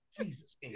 Jesus